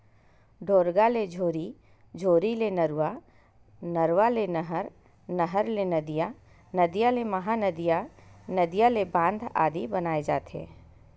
ढोरगा ले झोरी, झोरी ले नरूवा, नरवा ले नहर, नहर ले नदिया, नदिया ले महा नदिया, नदिया ले बांध आदि बनाय जाथे